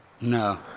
No